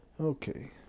Okay